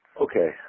Okay